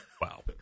Wow